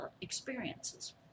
experiences